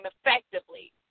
effectively